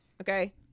okay